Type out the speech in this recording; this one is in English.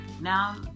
Now